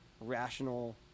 rational